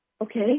Okay